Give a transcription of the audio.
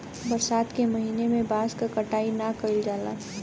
बरसात के महिना में बांस क कटाई ना कइल जाला